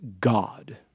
God